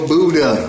Buddha